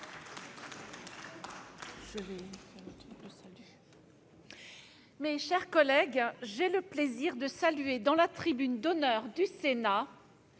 mes chers collègues, j'ai le plaisir de saluer, dans la tribune d'honneur du Sénat,